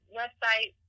website